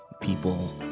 people